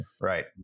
right